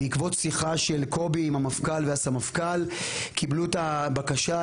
בעקבות שיחה של קובי עם המפכ"ל והסמפכ"ל קיבלו את הבקשה,